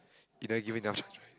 you never give enough chance right